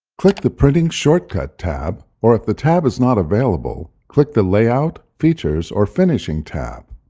click the printing shortcut tab, or if the tab is not available, click the layout, features, or finishing tab.